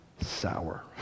sour